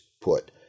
put